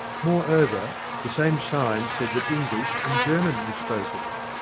moreover, the same sign said that english and german were spoken.